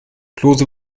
klose